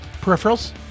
peripherals